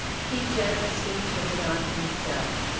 he generously took it on himself.